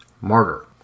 Martyr